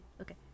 Okay